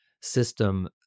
system